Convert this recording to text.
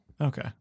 Okay